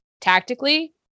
tactically